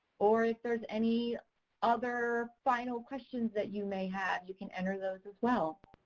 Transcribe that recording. or if there's any other final questions that you may have you can enter those as well.